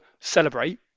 celebrate